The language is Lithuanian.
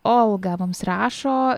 olga mums rašo